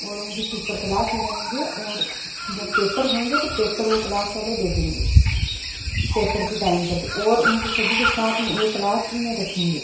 और उनकी super class लगाएँगे और जब पेपर होंगे तो पेपर वह क्लास वाले दे देंगे पेपर के टाइम पर तो और उनको सभी को साथ में यह क्लास में रखेंगे